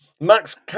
max